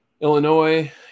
Illinois